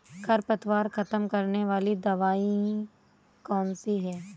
खरपतवार खत्म करने वाली दवाई कौन सी है?